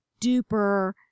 duper